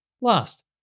Last